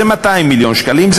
זה 200 מיליון שקלים,